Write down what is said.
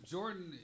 Jordan